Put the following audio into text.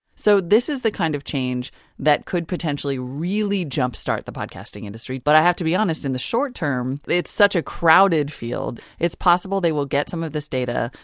so this is the kind of change that could potentially, really, jumpstart the podcasting industry. but i have to be honest. in the short term, it's such a crowded field, it's possible they will get some of this data,